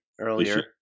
earlier